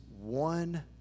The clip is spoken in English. one